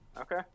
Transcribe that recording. Okay